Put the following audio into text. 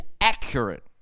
accurate